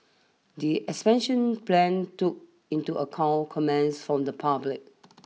the expansion plans took into account comments from the public